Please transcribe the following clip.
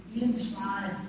inside